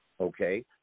Okay